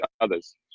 others